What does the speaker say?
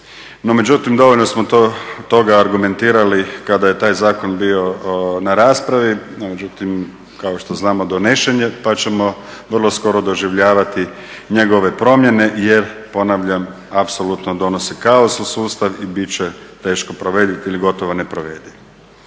međutim dovoljno smo toga argumentirali kada je taj zakon bio na raspravi, no međutim kao što znamo donesen je, pa ćemo vrlo skoro doživljavati njegove promjene jel ponavljam apsolutno donose kaos u sustav i bit će teško provediv ili gotovo neprovediv.